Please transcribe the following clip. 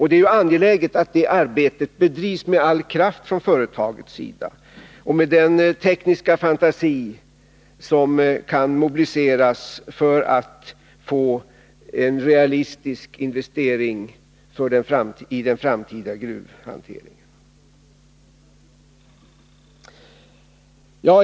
Det är angeläget att det arbetet bedrivs med all kraft från företagets sida och med den tekniska fantasi som kan mobiliseras för att få en realistisk investering i den framtida gruvhanteringen.